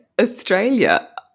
Australia